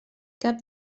cap